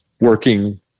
working